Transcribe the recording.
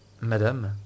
Madame